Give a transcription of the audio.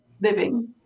living